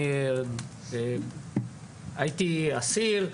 אני הייתי אסיר,